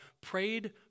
prayed